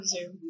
Zoom